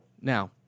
Now